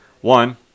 one